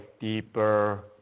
deeper